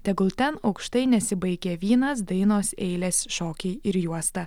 tegul ten aukštai nesibaigia vynas dainos eilės šokiai ir juosta